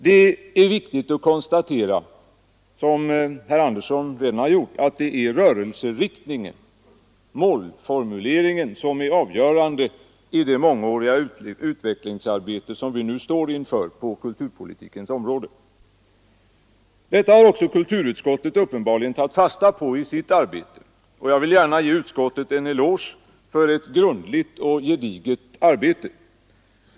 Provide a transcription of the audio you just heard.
Det är därför viktigt att konstatera, som herr Andersson i Lycksele redan har gjort, att det är rörelseriktningen, målformuleringen, som är avgörande i det mångåriga utvecklingsarbete som vi nu står inför på kulturpolitikens område. Detta har också kulturutskottet uppenbarligen tagit fasta på i sitt arbete, och jag vill gärna ge utskottet en eloge för ett grundligt och gediget arbete.